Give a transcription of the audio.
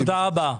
תודה רבה.